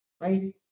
Right